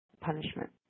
punishment